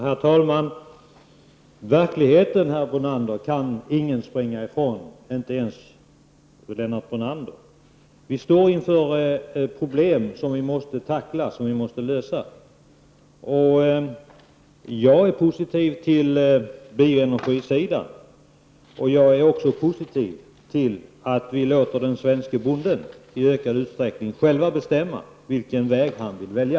Herr talman! Verkligheten kan ingen springa ifrån, inte ens Lennart Brunander. Vi står inför problem som vi måste tackla och lösa, och jag är positiv till bioenergin och till att den svenske bonden i ökad utsträckning själv får bestämma vilken väg han skall välja.